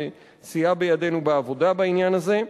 שסייע בידינו בעבודה בעניין הזה.